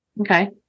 Okay